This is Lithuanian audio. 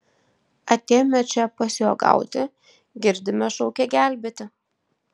atėjome čia pasiuogauti girdime šaukia gelbėti